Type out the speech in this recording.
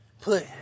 put